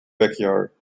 backyard